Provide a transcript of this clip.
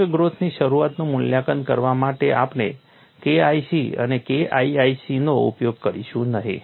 crack ગ્રોથની શરૂઆતનું મૂલ્યાંકન કરવા માટે આપણે KIC અને KIIC નો ઉપયોગ કરીશું નહીં